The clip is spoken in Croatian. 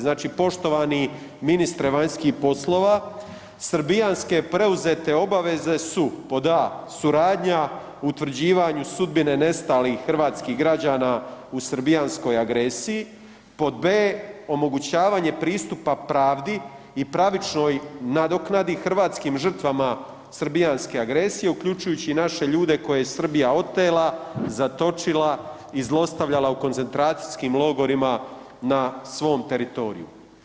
Znači poštovani ministre vanjskih poslova, srbijanske preuzete obaveze su: A) suradnja utvrđivanju sudbine nestalih hrvatskih građana u srbijanskoj agresiji, pod B) omogućavanje pristupa pravdi i pravičnoj nadoknadi hrvatskim žrtvama srbijanske agresije, uključujući naše ljude koje je Srbija otela, zatočila i zlostavljala u koncentracijskim logorima na svom teritoriju.